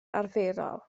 arferol